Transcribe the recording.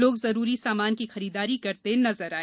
लोग जरूरी सामान की खरीदारी करते नजर आए